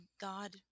God